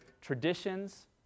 traditions